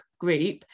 group